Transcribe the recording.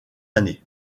années